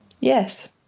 yes